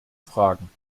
fragen